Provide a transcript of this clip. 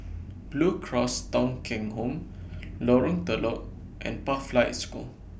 Blue Cross Thong Kheng Home Lorong Telok and Pathlight School